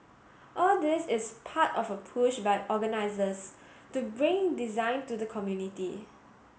all this is part of a push by organisers to bring design to the community